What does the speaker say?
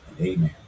amen